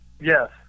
yes